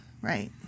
Right